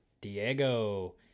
Diego